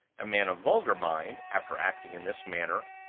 a man of vulgar mind, after acting in this manner,